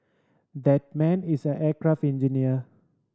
that man is an aircraft engineer